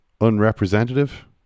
unrepresentative